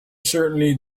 certainly